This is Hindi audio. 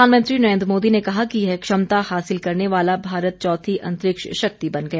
प्रधानमंत्री नरेन्द्र मोदी ने कहा कि यह क्षमता हासिल करने वाला भारत चौथी अंतरिक्ष शक्ति बन गया है